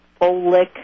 folic